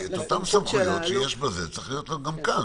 שאת אותם סמכויות שיש בזה צריך להיות לה גם כאן.